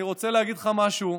אני רוצה להגיד לך משהו,